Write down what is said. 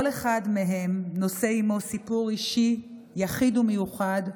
כל אחד מהם נושא עימו סיפור אישי יחיד ומיוחד,